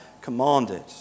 commanded